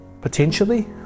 potentially